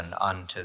unto